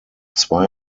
zwei